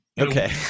Okay